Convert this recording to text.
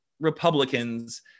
Republicans